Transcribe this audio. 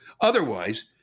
Otherwise